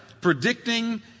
predicting